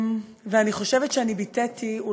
אני חושבת שאני ביטאתי בטרקלין,